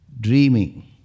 dreaming